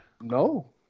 No